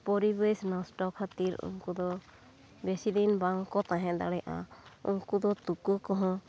ᱯᱚᱨᱤᱵᱮᱥ ᱱᱚᱥᱴᱚ ᱠᱷᱟᱹᱛᱤᱨ ᱩᱱᱠᱩ ᱫᱚ ᱵᱤᱥᱤ ᱫᱤᱱ ᱵᱟᱝᱠᱚ ᱛᱟᱦᱮᱸ ᱫᱟᱲᱮᱜᱼᱟ ᱩᱱᱠᱩ ᱫᱚ ᱛᱩᱠᱟᱹ ᱠᱚᱦᱚᱸ